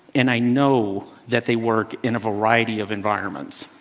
and i know that they work in a variety of environments.